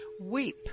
Weep